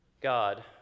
God